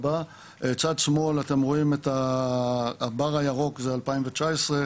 בצד שמאל אתם רואים את הבר הירוק שזה 2019,